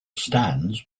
stands